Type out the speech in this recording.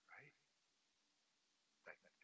Right